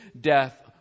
death